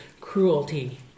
cruelty